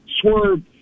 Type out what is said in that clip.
swerved